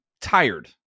tired